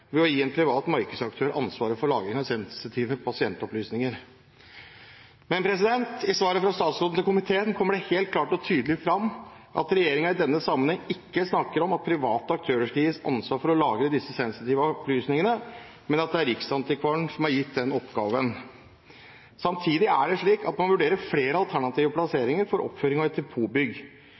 ved å gi en privat markedsaktør ansvaret for lagring av sensitive pasientopplysninger.» Men i svaret fra statsråden til komiteen kommer det helt klart og tydelig fram at regjeringen i denne sammenheng ikke snakker om at private aktører skal gis ansvar for å lagre disse sensitive opplysningene, men at det er Riksarkivaren som er gitt den oppgaven. Samtidig er det slik at man vurderer flere alternative plasseringer for oppføring av